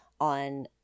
on